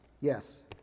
Yes